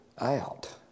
out